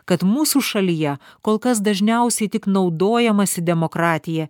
kad mūsų šalyje kol kas dažniausiai tik naudojamasi demokratija